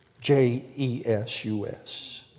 J-E-S-U-S